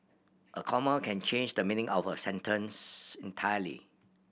a comma can change the meaning of a sentence entirely